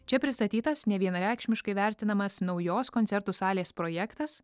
čia pristatytas nevienareikšmiškai vertinamas naujos koncertų salės projektas